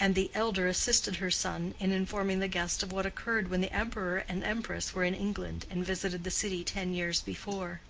and the elder assisted her son in informing the guest of what occurred when the emperor and empress were in england and visited the city ten years before.